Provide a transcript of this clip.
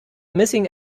missing